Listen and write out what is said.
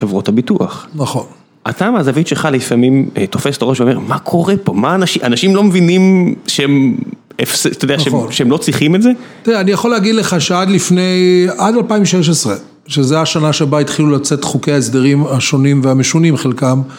חברות הביטוח, נכון, אתה מהזווית שלך לפעמים תופס ת'ראש ואומר, מה קורה פה, מה אנשים, אנשים לא מבינים שהם, אתה יודע שהם לא צריכים את זה, נכון, תראה אני יכול להגיד לך שעד לפני, עד 2016, שזה השנה שבה התחילו לצאת חוקי הסדרים השונים והמשונים חלקם